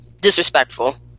Disrespectful